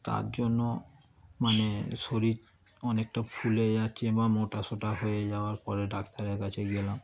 তার জন্য মানে শরীর অনেকটা ফুলে যাচ্ছে বা মোটা শোটা হয়ে যাওয়ার পরে ডাক্তারের কাছে গেলাম